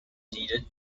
needed